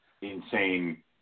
insane